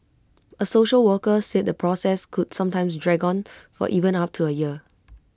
A social worker said the process could sometimes drag on for even up to A year